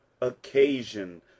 occasion